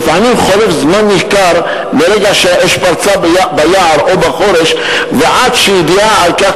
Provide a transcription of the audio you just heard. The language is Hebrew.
לפעמים חולף זמן ניכר מהרגע שהאש פרצה ביער או בחורש ועד שידיעה על כך,